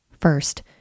First